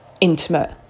intimate